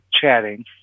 chatting